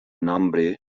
nombre